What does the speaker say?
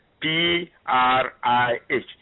P-R-I-H